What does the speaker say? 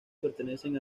pertenecen